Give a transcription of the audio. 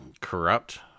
corrupt